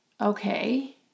Okay